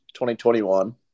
2021